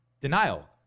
denial